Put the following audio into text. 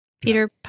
Peter